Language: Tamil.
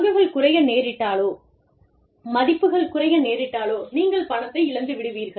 பங்குகள் குறைய நேரிட்டாலோ மதிப்புகள் குறைய நேரிட்டாலோ நீங்கள் பணத்தை இழந்து விடுவீர்கள்